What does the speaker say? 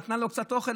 נתנה לו קצת אוכל,